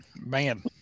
Man